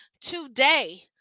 today